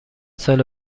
ساله